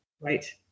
Right